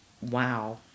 wow